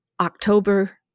October